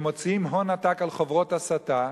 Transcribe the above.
והם מוציאים הון עתק על חוברות הסתה.